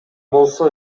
болсо